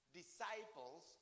disciples